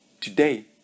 Today